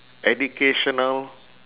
educational